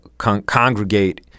congregate